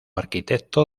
arquitecto